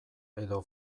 edo